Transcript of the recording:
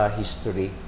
history